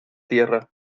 tierra